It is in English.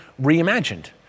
reimagined